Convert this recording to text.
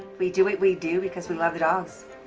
we do what we do because we love the dogs.